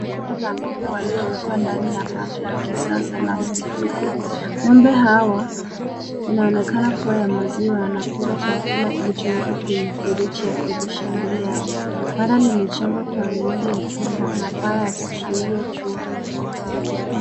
Kundj la ngombe waliowekwa ndani ya bara la kisasa la mifuko. Ngombe hawa wanaonekana kuwa ya maziwa. Wanakula chakula kilichowekwa kwenye mifereji ya kulisha mbele yao. Bara limejengwa kwa miundi ya chuma na paa ya kuzuilia jua.